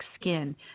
skin